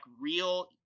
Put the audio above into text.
real